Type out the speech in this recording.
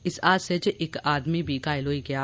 इस हादसे च इक आदमी बी घायल होई गेआ